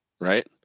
right